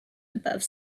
above